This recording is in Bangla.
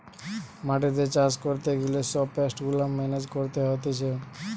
মাটিতে চাষ করতে গিলে সব পেস্ট গুলা মেনেজ করতে হতিছে